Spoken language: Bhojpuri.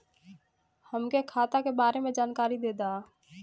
हमके खाता के बारे में जानकारी देदा?